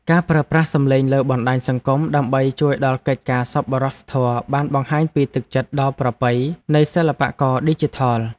ការប្រើប្រាស់សំឡេងលើបណ្តាញសង្គម ដើម្បីជួយដល់កិច្ចការសប្បុរសធម៌បានបង្ហាញពីទឹកចិត្តដ៏ប្រពៃនៃសិល្បករឌីជីថល។